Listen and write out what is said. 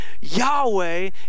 Yahweh